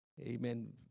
Amen